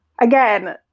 Again